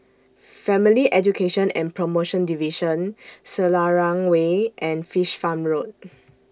Family Education and promotion Division Selarang Way and Fish Farm Road